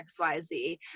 XYZ